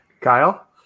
Kyle